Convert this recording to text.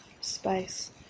space